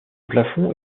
plafond